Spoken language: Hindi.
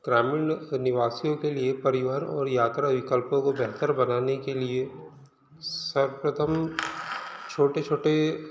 ग्रामीण नि निवासियों के लिए परिवहन और यात्रा विकल्पों को बेहतर बनाने के लिए सर्वप्रथम छोटे छोटे